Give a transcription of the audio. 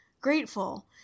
grateful